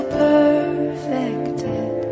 perfected